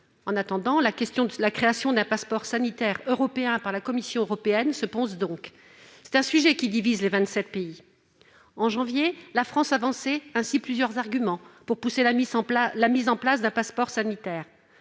question de la création d'un passeport sanitaire européen par la Commission européenne se pose donc. C'est un sujet qui divise au sein des Vingt-Sept. En janvier dernier, la France avançait ainsi plusieurs arguments pour repousser la mise en place d'un passeport sanitaire.